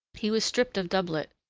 he was stripped of doublet,